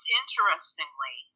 interestingly